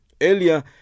Earlier